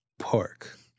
Pork